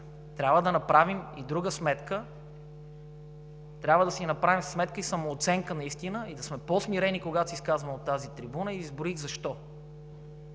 трябва да направим и друга сметка. Трябва да си направим сметка и самооценка наистина и да сме по-смирени, когато се изказваме от тази трибуна – изброих защо.